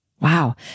Wow